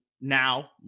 now